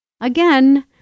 Again